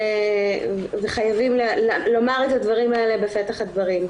וחייבים לומר את הדברים בפתח הדברים.